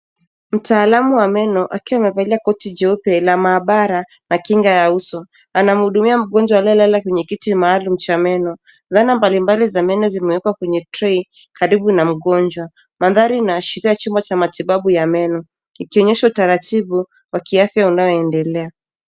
Mtaalamu wa meno akiwa amevalia koti jeupe la maabara na kinga ya uso anamhudumia mgonjwa aliyelala kwenye kiti maalumu cha meno ,dhana mbalimbali za meno zimewekwa kwenye trey karibu na mgonjwa mandhari inaashiria chumba cha matibabu ya meno ikionyeshwa taratibu kwa kiasi unayoendelea.